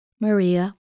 Maria